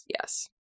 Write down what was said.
yes